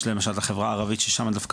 יש למשל את החברה הערבית ששם דווקא